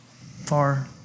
far